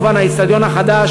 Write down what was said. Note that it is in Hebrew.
2014. כמובן גם האיצטדיון החדש,